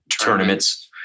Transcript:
tournaments